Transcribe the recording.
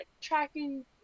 tracking